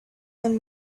him